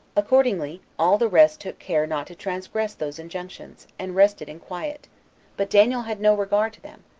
accordingly, all the rest took care not to transgress those injunctions, and rested in quiet but daniel had no regard to them,